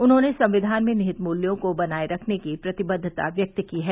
उन्होंने संविधान में निहित मूल्यों को बनाए रखने की प्रतिबद्वता व्यक्त की है